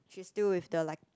she is still with the like